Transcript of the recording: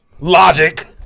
Logic